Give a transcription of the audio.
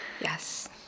yes